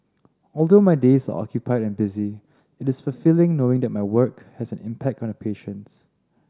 although my days are occupied and busy it is fulfilling knowing that my work has an impact on the patients